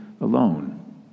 alone